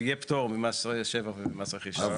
יהיה פטור ממס שבח וממס רכישה.